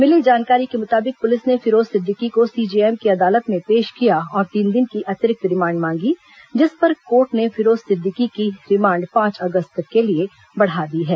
मिली जानकारी के मुताबिक पुलिस ने फरोज सिद्दीकी को सीजेएम की अदालत में पेश किया और तीन दिन की अतिरिक्त रिमांड मांगी जिस पर कोर्ट ने फिरोज सिद्दीकी की रिमांड पांच अगस्त तक के लिए बढ़ा दी है